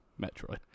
Metroid